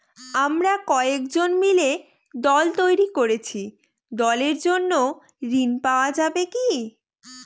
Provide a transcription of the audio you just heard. আমরা কয়েকজন মিলে দল তৈরি করেছি দলের জন্য ঋণ পাওয়া যাবে কি?